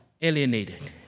alienated